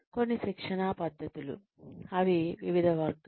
కొన్ని శిక్షణా పద్ధతులు అవి వివిధ వర్గాలు